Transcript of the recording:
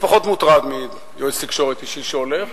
אני פחות מוטרד מיועץ תקשורת אישי שהולך.